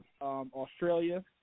Australia